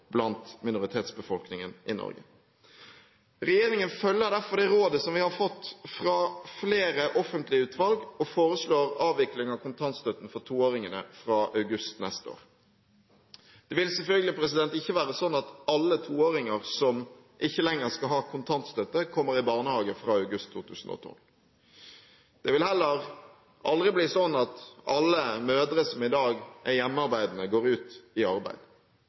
blant minoritetsbefolkningen i Norge. Regjeringen følger derfor det rådet vi har fått fra flere offentlige utvalg, og foreslår avvikling av kontantstøtten for toåringene fra august neste år. Det vil selvfølgelig ikke være sånn at alle toåringer som ikke lenger skal ha kontantstøtte, kommer i barnehage fra august 2012. Det vil heller aldri bli sånn at alle mødre som i dag er hjemmearbeidende, går ut i arbeid.